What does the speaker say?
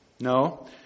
No